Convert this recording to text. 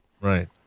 Right